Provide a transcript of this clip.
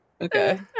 Okay